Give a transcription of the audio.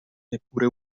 neppure